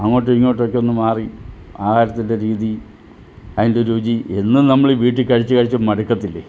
അങ്ങോട്ടും ഇങ്ങോട്ടൊക്കെ ഒന്ന് മാറി ആഹാരത്തിൻ്റെ രീതി അതിൻ്റെ രുചി എന്നും നമ്മളീ വീട്ടില് കഴിച്ച് കഴിച്ച് മടുക്കത്തില്ലെ